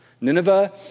Nineveh